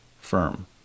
firm